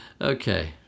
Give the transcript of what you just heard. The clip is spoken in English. okay